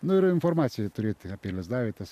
nu ir informacijai turėti apie lizdavietes